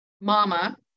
mama